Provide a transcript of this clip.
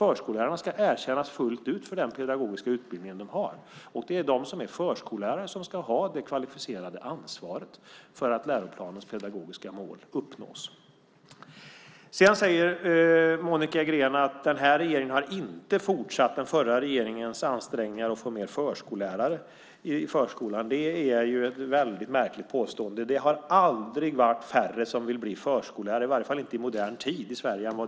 Förskollärarna ska erkännas fullt ut för den pedagogiska utbildning de har. Det är de som är förskollärare som ska ha det kvalificerade ansvaret för att läroplanens pedagogiska mål uppnås. Monica Green säger att den här regeringen inte har fortsatt den förra regeringens ansträngningar att få fler förskollärare i förskolan. Det är ett väldigt märkligt påstående. Det har aldrig varit färre som vill bli förskollärare i Sverige än nu - i varje fall inte i modern tid.